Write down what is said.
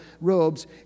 robes